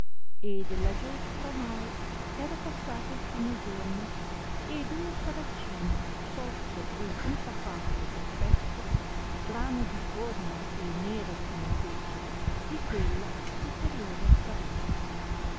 e della giostra ornai era passato il primo giorno ed uno saracino sozzo e contrafatto di aspetto strano di forma e nero come pece di quella superiore appareva